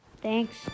Thanks